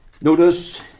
Notice